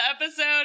episode